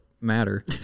matter